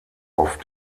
auf